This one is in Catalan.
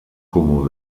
comú